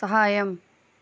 సహాయం